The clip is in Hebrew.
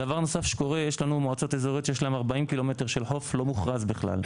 יש לנו מועצות אזוריות שיש להן 40 ק"מ של חוף לא מוכרז בכלל.